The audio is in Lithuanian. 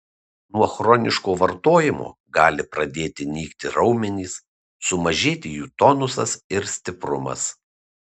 nuo chroniško vartojimo gali pradėti nykti raumenys sumažėti jų tonusas ir stiprumas